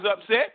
upset